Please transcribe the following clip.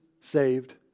saved